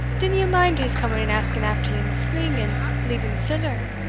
dinna ye mind his coming and asking after you in the spring, and leaving siller?